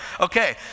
Okay